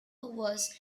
was